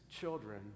children